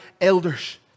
elders